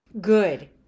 Good